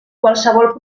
qualsevol